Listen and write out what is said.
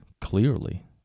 clearly